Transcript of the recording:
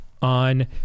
On